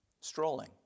strolling